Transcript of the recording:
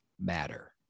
matter